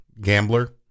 gambler